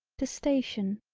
to station,